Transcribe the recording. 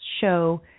show